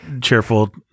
cheerful